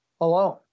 alone